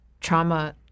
trauma